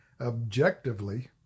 Objectively